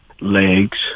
legs